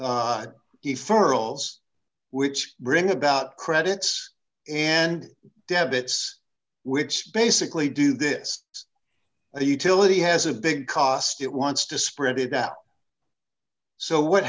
furrow which bring about credits and debits which basically do this a utility has a big cost it wants to spread it out so what